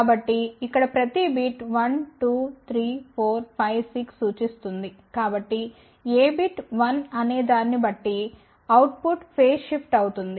కాబట్టి ఇక్కడ ప్రతి బిట్ 1 2 3 4 5 6 సూచిస్తుంది కాబట్టి ఏ బిట్ 1 అనే దాన్ని బట్టి అవుట్ పుట్ ఫేజ్ షిఫ్ట్ అవుతుంది